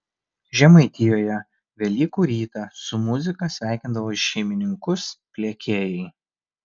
žemaitijoje velykų rytą su muzika sveikindavo šeimininkus pliekėjai